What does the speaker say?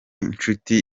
nshuti